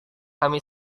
kami